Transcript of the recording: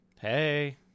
Hey